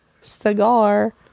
cigar